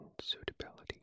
suitability